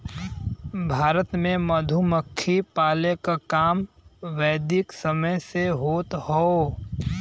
भारत में मधुमक्खी पाले क काम वैदिक समय से होत हौ